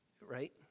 right